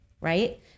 Right